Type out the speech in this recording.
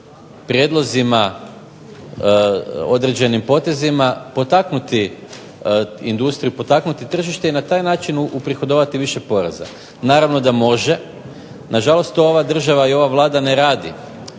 prijedlozima, određenim potezima potaknuti industriju, potaknuti tržište i na takav način uprihodovati više poreza. Naravno da može na žalost to ova država i ova Vlada ne radi,